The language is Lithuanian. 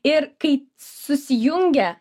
ir kai susijungia